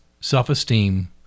self-esteem